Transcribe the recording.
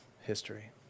history